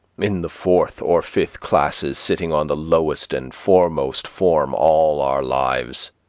in the fourth or fifth classes, sitting on the lowest and foremost form all our lives.